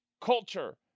culture